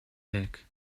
mick